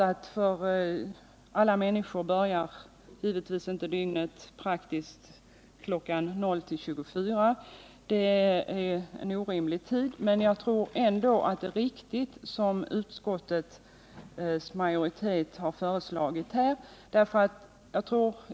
Alla människor räknar givetvis inte dygnet i praktiken från kl. 00.00 till kl. 24.00 — men jag tror ändå att utskottsförslaget är riktigt.